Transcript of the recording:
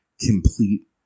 complete